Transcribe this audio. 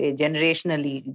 generationally